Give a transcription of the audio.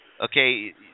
Okay